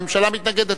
הממשלה מתנגדת,